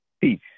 Peace